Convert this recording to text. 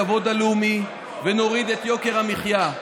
את הכבוד הלאומי, ונוריד את יוקר המחיה.